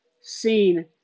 seen